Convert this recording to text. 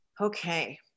Okay